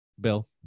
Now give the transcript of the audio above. Bill